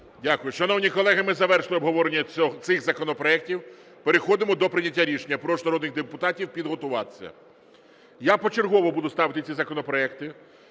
Дякую. Шановні колеги, ми завершили обговорення цих законопроектів, переходимо до прийняття рішення. Прошу народних депутатів підготуватися. Я почергово буду ставити ці законопроекти.